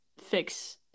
fix